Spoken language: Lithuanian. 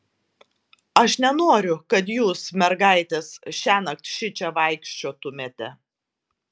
aš nenoriu kad jūs mergaitės šiąnakt šičia vaikščiotumėte